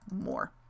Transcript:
more